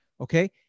Okay